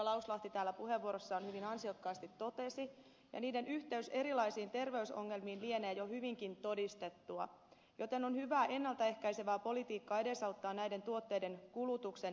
lauslahti täällä puheenvuorossaan hyvin ansiokkaasti totesi ja niiden yhteys erilaisiin terveysongelmiin lienee jo hyvinkin todistettua joten on hyvää ennalta ehkäisevää politiikkaa edesauttaa näiden tuotteiden kulutuksen vähentämistä